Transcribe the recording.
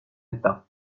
état